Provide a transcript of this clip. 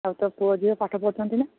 ଆଉ ତୋ'ର ପୁଅ ଝିଅ ପାଠ ପଢ଼ୁଛନ୍ତି ନା